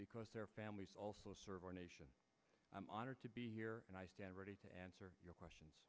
because their families also serve our nation i'm honored to be here and i stand ready to answer your question